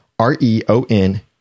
R-E-O-N